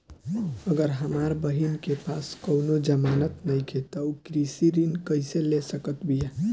अगर हमार बहिन के पास कउनों जमानत नइखें त उ कृषि ऋण कइसे ले सकत बिया?